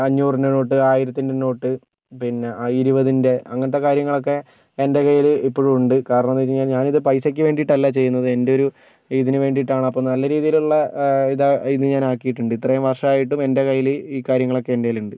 അഞ്ഞൂറിൻ്റെ note ആയിരത്തിൻ്റെ note പിന്നെ ആ ഇരുപതിൻ്റെ അങ്ങനത്തെ കാര്യങ്ങളൊക്കെ എൻ്റെ കയ്യില് ഇപ്പഴും ഉണ്ട് കാരണമെന്ന് വെച്ച് കഴിഞ്ഞാൽ ഞാനിത് പൈസയ്ക്ക് വേണ്ടിയിട്ടല്ല ചെയ്യുന്നത് എൻ്റെയൊരു ഇതിന് വേണ്ടിയിട്ടാണ് അപ്പോൾ നല്ല രീതിയിലുള്ള ഇതാ ഇത് ഞാൻ ആക്കിയിട്ടുണ്ട് ഇത്രയും വർഷമായിട്ടും എൻ്റെ കയ്യില് ഈ കാര്യങ്ങളൊക്കെ എന്റെ കയ്യിൽ ഉണ്ട്